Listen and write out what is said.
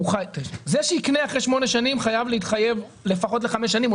זה שיקנה אחרי 8 שנים חייב להתחייב לפחות ל-5 שנים.